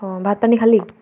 অঁ ভাত পানী খালি